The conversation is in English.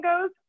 goes